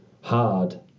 hard